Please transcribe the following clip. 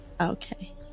Okay